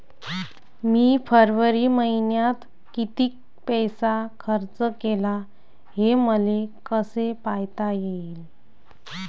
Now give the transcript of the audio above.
मी फरवरी मईन्यात कितीक पैसा खर्च केला, हे मले कसे पायता येईल?